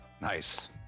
nice